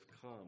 come